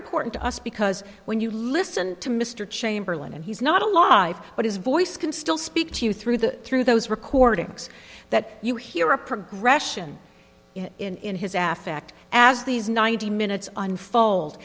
important to us because when you listen to mr chamberlain and he's not alive but his voice can still speak to you through the through those recordings that you hear a progression in his af act as these ninety minutes unfold